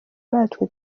natwe